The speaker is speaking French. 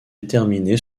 déterminée